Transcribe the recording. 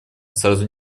сразу